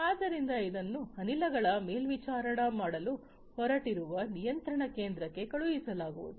ಆದ್ದರಿಂದ ಇದನ್ನು ಅನಿಲಗಳ ಮೇಲ್ವಿಚಾರಣೆ ಮಾಡಲು ಹೊರಟಿರುವ ನಿಯಂತ್ರಣ ಕೇಂದ್ರಕ್ಕೆ ಕಳುಹಿಸಲಾಗುವುದು